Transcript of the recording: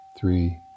three